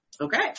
Okay